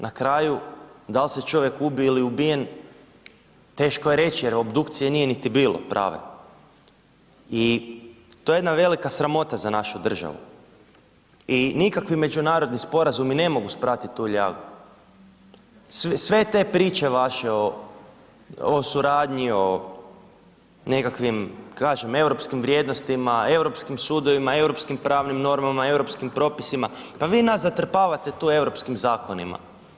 Na kraju dal se čovjek ubio il je ubijen, teško je reći jer obdukcije nije niti bilo prave i to je jedna velika sramota za našu državu i nikakvi međunarodni sporazumi ne mogu sprati tu ljagu, sve te priče vaše o suradnji, o nekakvim kažem europskim vrijednostima, europskim sudovima, europskim pravnim normama, europskim propisima, pa vi nas zatrpavate tu europskim zakonima.